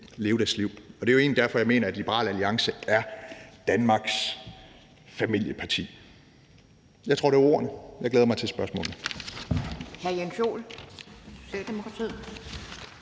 leve deres liv, og det er jo egentlig derfor, jeg mener, at Liberal Alliance er Danmarks familieparti. Jeg tror, det var ordene. Jeg glæder mig til spørgsmålene.